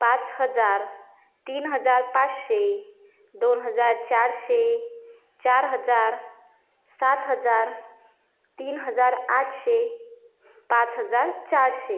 पाच हजार तीन हजार पाचशे दोन हजार चारशे चार हजार सात हजार तीन हजार आठशे पाच हजार चारशे